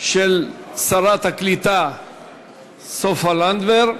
של שרת העלייה והקליטה סופה לנדבר,